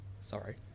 sorry